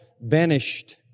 banished